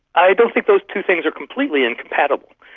i don't think those two things are completely incompatible.